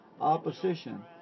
opposition